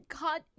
God